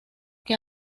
que